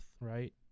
right